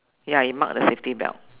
ya you mark the safety belt